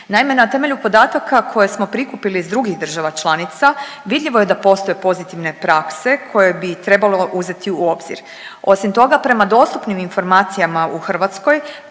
Naime, na temelju podataka koje smo prikupili iz drugih država članica vidljivo je da postoje pozitivne prakse koje bi trebalo uzeti u obzir. Osim toga prema dostupnim informacijama u Hrvatskoj